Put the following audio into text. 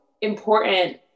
important